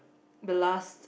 the last